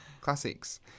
Classics